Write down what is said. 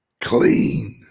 clean